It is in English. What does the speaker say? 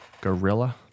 Gorilla